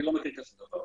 אני לא מכיר כזה דבר.